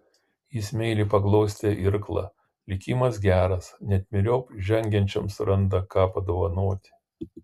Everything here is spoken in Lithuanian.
jis meiliai paglostė irklą likimas geras net myriop žengiančiam suranda ką padovanoti